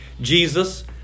Jesus